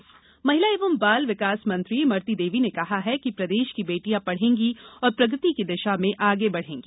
डुमरती देवी महिला एव बाल विकास मंत्री इमरती देवी ने कहा है कि प्रदेश की बेटियाँ पढ़ेंगी और प्रगति की दिशा में आगे बढ़ेंगी